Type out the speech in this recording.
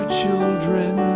children